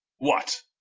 what,